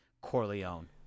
Corleone